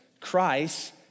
Christ